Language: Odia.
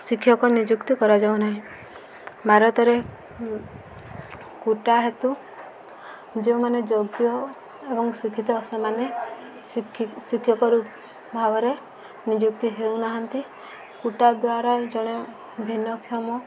ଶିକ୍ଷକ ନିଯୁକ୍ତି କରାଯାଉନାହିଁ ଭାରତରେ ହେତୁ ଯେଉଁମାନେ ଯୋଗ୍ୟ ଏବଂ ଶିକ୍ଷିତ ସେମାନେ ଶିକ୍ଷକ ଶିକ୍ଷକଭାବରେ ନିଯୁକ୍ତି ହେଉନାହାନ୍ତି ଦ୍ୱାରା ଜଣେ ଭିନ୍ନକ୍ଷମ